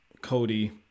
Cody